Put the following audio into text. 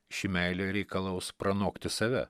ši meilė reikalaus pranokti save